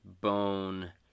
bone